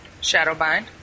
Shadowbind